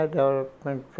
Development